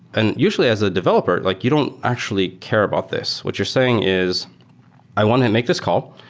and usually as a developer, like you don't actually care about this. what you're saying is i want to make this call,